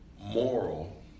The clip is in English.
moral